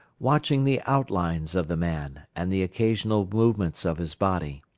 watching the outlines of the man and the occasional movements of his body.